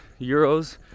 euros